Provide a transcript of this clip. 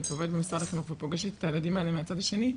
ועובדת במשרד החינוך ופוגשת את הילדים האלה מהצד השני,